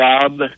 job